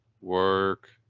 work